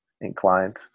inclined